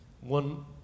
One